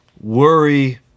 worry